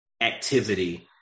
activity